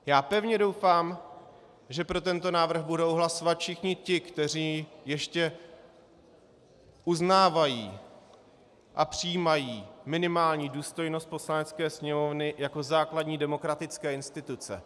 Já pevně doufám, že pro tento návrh budou hlasovat všichni ti, kteří ještě uznávají a přijímají minimální důstojnost Poslanecké sněmovny jako základní demokratické instituce.